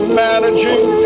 managing